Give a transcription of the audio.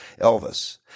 Elvis